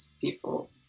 people